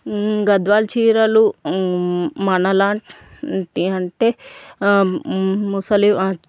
గద్వాల్ చీరలు మనలాంటి అంటే ముసలివాళ్ళు